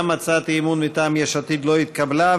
גם הצעת האי-אמון מטעם יש עתיד לא התקבלה.